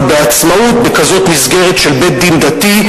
בעצמאות במסגרת כזאת של בית-דין דתי,